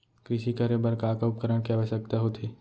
कृषि करे बर का का उपकरण के आवश्यकता होथे?